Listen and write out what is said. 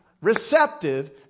receptive